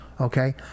Okay